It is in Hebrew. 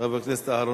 חבר הכנסת אהרונוביץ.